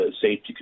safety